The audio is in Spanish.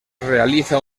realiza